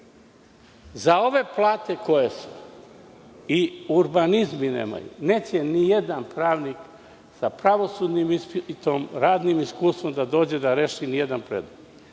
Za ove plate koje su i urbanizmi nemaju. Neće nijedan pravnik sa pravosudnim ispitom, radnim iskustvom da dođe da reši ni jedan predmet.